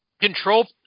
control